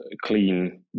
clean